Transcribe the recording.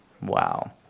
Wow